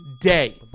day